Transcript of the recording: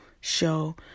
show